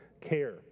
care